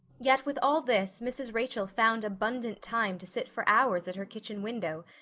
yet with all this mrs. rachel found abundant time to sit for hours at her kitchen window,